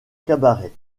cabaret